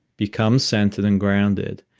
become centered and grounded.